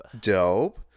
Dope